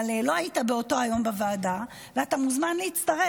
אבל לא היית באותו יום בוועדה, ואתה מוזמן להצטרף.